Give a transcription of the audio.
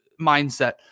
mindset